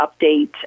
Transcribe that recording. update